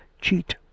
cheat